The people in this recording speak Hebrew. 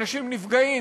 אנשים נפגעים,